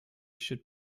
should